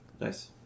Nice